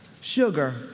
Sugar